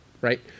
Right